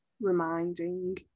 reminding